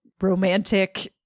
romantic